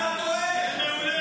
זה מה שאתם רוצים, וזה לא יקרה,